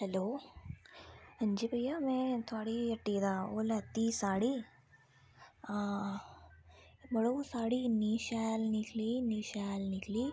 hello हां जी भैया मै थुआढ़ी हट्टी दा ओह् लैती साड़ी मड़ो साड़ी इन्नी शैल निकली इन्नी शैल निकली